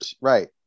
right